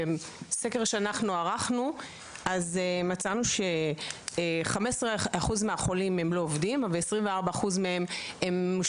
בסקר שאנחנו ערכנו מצאנו ש-15% מהחולים הם לא עובדים ו-24% מהם,